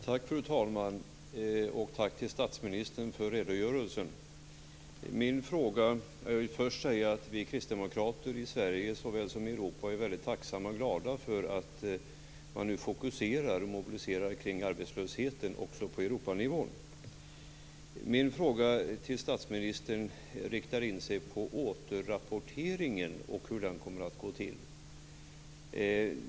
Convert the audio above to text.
Tack, fru talman, och tack till statsministern för redogörelsen! Vi kristdemokrater i Sverige såväl som i Europa är väldigt tacksamma och glada för att man nu fokuserar och mobiliserar kring arbetslösheten också på Europanivå. Min fråga till statsministern riktar in sig på återrapporteringen och hur den kommer att gå till.